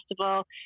Festival